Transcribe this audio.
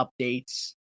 updates